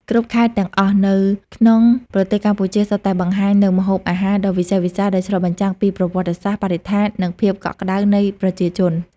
គ្រប់ខេត្តទាំងអស់នៅក្នុងប្រទេសកម្ពុជា សុទ្ធតែបង្ហាញនូវម្ហូបអាហារដ៏វិសេសវិសាល ដែលឆ្លុះបញ្ចាំងពីប្រវត្តិសាស្ត្រ បរិស្ថាន និងភាពកក់ក្តៅនៃប្រជាជន។